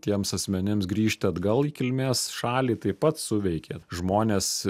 tiems asmenims grįžt atgal į kilmės šalį taip pat suveikė žmonės